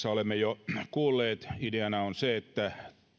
olemme jo kuulleet ideana on se että